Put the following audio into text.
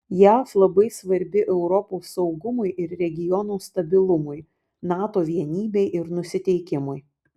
jav labai svarbi europos saugumui ir regiono stabilumui nato vienybei ir nusiteikimui